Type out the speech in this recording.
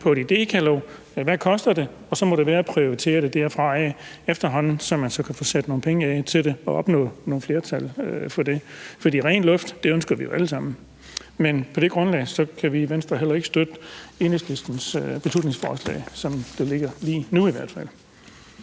med et idékatalog om, hvad det koster, og så må det være sådan, at det skal prioriteres derfra, efterhånden som man kan få sat nogle penge af til det og opnå et flertal for det. For ren luft ønsker vi jo alle sammen. Men på det grundlag kan vi i Venstre heller ikke støtte Enhedslistens beslutningsforslag, som det ligger lige her og nu i hvert fald.